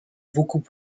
beaucoup